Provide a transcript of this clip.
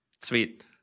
sweet